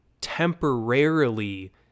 temporarily